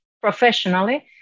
professionally